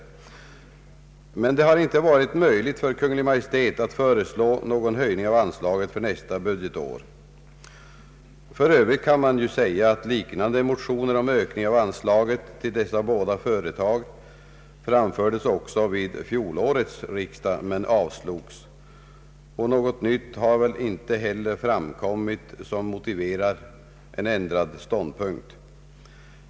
Men det har inte varit möjligt för Kungl. Maj:t att föreslå någon höjning av anslaget för nästa budgetår. För övrigt kan man säga att liknande motioner om en ökning av anslagen till dessa båda företag framfördes även vid fjolårets riksdag men avslogs. Något nytt som motiverar en ändrad ståndpunkt har väl inte heller framkommit.